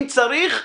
אם צריך,